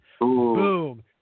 Boom